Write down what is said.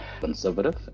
conservative